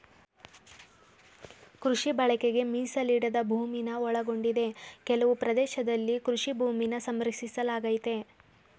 ಕೃಷಿ ಬಳಕೆಗೆ ಮೀಸಲಿಡದ ಭೂಮಿನ ಒಳಗೊಂಡಿದೆ ಕೆಲವು ಪ್ರದೇಶದಲ್ಲಿ ಕೃಷಿ ಭೂಮಿನ ಸಂರಕ್ಷಿಸಲಾಗಯ್ತೆ